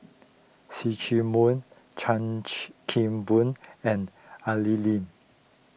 See Chak Mun Chan Kim Boon and Al Lim